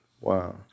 Wow